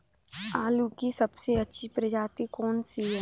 आलू की सबसे अच्छी प्रजाति कौन सी है?